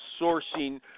sourcing